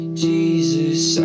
Jesus